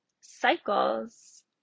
cycles